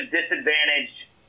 disadvantage